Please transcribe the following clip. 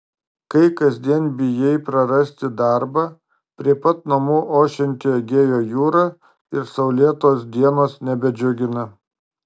kai kasdien bijai prarasti darbą prie pat namų ošianti egėjo jūra ir saulėtos dienos nebedžiugina